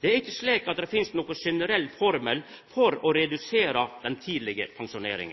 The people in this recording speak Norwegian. Det er ikkje slik at det finst nokon generell formel for å redusera tidleg pensjonering.